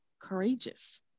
courageous